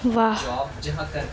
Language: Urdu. واہ